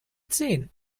zehn